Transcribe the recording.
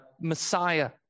Messiah